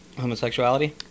homosexuality